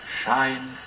shine